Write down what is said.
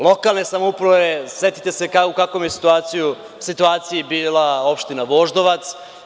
Lokalne samouprave, setite se u kakvoj situaciji je bila opština Voždovac.